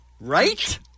Right